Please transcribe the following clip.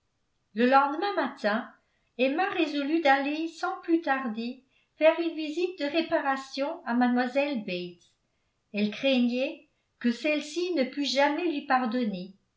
le lendemain matin emma résolut d'aller sans plus tarder faire une visite de réparation à mlle bates elle craignait que celle-ci ne pût jamais lui pardonner